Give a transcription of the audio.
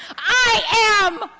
i am.